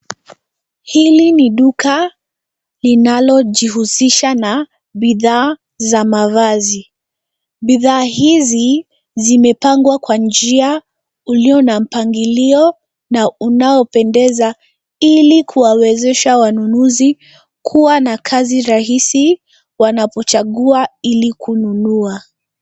Hili ni duka linalojihusisha na bidhaa za mavazi. Bidhaa hizi zimepangwa kwa njia ulio na mpangilio na unaopendeza ili kuwawezesha wanunuzi kuwa na kazi rahisi wanapochagua ili kununua.